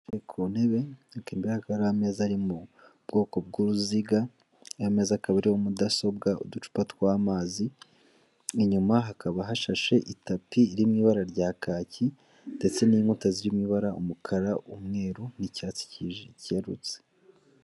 Yicaye ku ntebe imbere ye hari ameza ari mu bwoko bw'uruziga, aya meza akaba ariho mudasobwa, uducupa tw'amazi. Inyuma hakaba hashashe itapi iri mu ibara rya kaki ndetse n'inkuta zirimo ibara umukara, umweru n'icyatsi cyerurutse.